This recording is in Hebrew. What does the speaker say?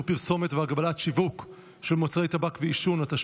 פרסומת והגבלת השיווק של מוצרי טבק ועישון (תיקון,